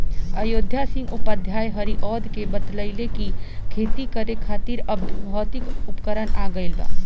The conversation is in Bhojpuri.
अयोध्या सिंह उपाध्याय हरिऔध के बतइले कि खेती करे खातिर अब भौतिक उपकरण आ गइल बा